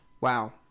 wow